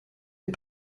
est